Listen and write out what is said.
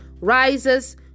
rises